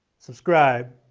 subscribe,